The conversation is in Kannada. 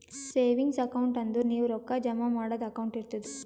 ಸೇವಿಂಗ್ಸ್ ಅಕೌಂಟ್ ಅಂದುರ್ ನೀವು ರೊಕ್ಕಾ ಜಮಾ ಮಾಡದು ಅಕೌಂಟ್ ಇರ್ತುದ್